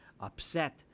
upset